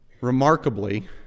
Remarkably